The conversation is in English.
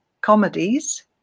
comedies